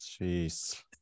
Jeez